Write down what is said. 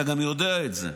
אתה גם יודע את זה.